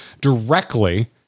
directly